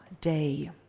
day